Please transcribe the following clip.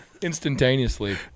Instantaneously